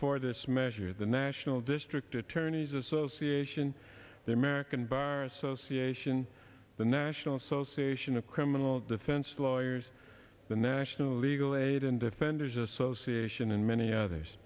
for this measure the national district attorneys association the american bar association the national association of criminal defense lawyers the national legal aid and defenders association and many others